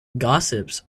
gossips